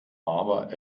aber